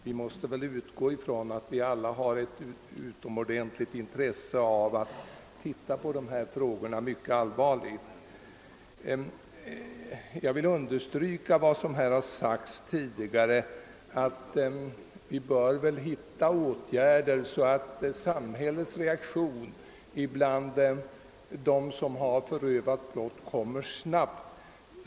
Vi måste utgå ifrån att vi alla har ett utomordentligt intresse av att se mycket allvarligt på dessa problem. Jag vill understryka vad som sagts här tidigare, nämligen att vi bör söka finna åtgärder som möjliggör att samhällets reaktion mot dem som har förövat brott kommer snabbt.